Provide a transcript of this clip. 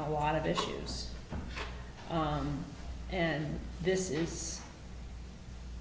a lot of issues and this is